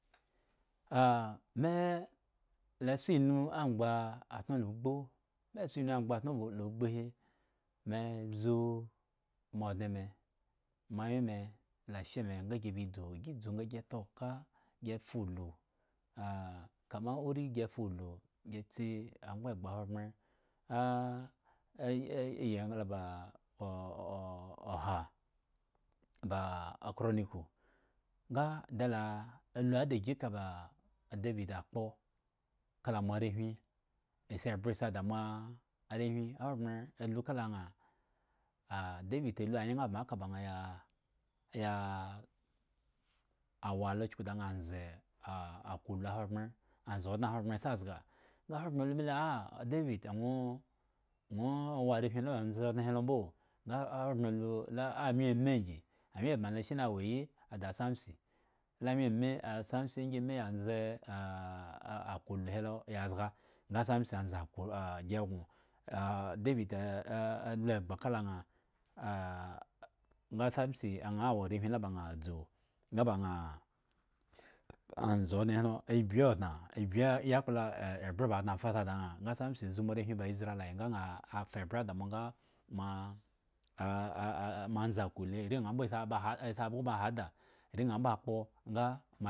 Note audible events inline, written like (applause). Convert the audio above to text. (hesitation) me le soo inu angba atno la ugbu me so inu angbatno la ugbuhi me dzu moa odne me moanwye me laa asheme nga gi bi dzu gi dzu nga gi eta oka gi fuulu (hesitation) kama uri gi gi fuulu gi tsi angbon ahobren iyi engla (hesitation) chronicles nga dala lu ada gi eka ba david kpo kaka moarewhi asi ebre si da moarewhi ahogbren alu ha naa (hesitation) david alu ayan gria kaba (hesitation) awo lo chuku da aa nze (hesitation) akuulu ahogbren anze odne ahgbren si zga nga ahoghren lule me (hesitation) david nwo nwo wo arewhi ta nze odne he mboo laa ahagbren lu amma mi ngi anugen bma lo shin awo yi ada samson la imuyen mi asamson ngi aya "e" (hesitation) akuulu he lo ya zga nga samso nze kakura gi go a david alu egba kala (hesitation) asanson awo areuhi la ba dzu nga ba naa odne he lo abi odna abi yakpla eebre ba si sa dria nga asamson azu moarewhi ba isrealites nga aa ta ebre damo aga ma (hesitation) nzi athuulu are aa mbo asi abgo ha da.